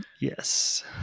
Yes